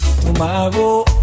Tomorrow